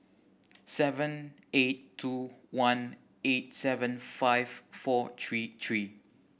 seven eight two one eight seven five four three three